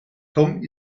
tom